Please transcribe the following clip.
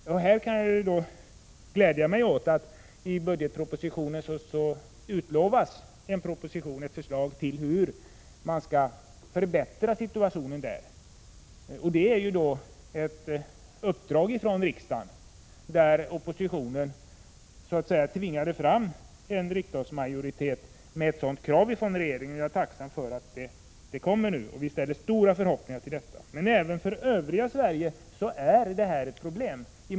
Jag gläder mig åt att det i budgetpropositionen utlovas ett förslag till hur situationen där skall förbättras, och det är ett uppdrag från riksdagen. Oppositionen tvingade fram en riksdagsmajoritet som ställde detta krav på regeringen. Jag är tacksam för att det nu kommer, och jag ställer stora förhoppningar på det. Även många bygder i det övriga Sverige har problem.